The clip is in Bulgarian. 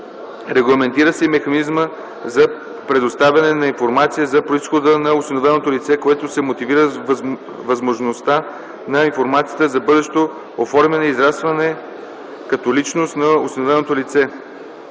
регламентира се и механизмът за предоставяне на информация за произхода на осиновеното лице, който се мотивира с важността на информацията за бъдещото оформяне и израстване като личност на осиновеното лице;